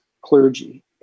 clergy